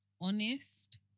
honest